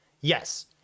Yes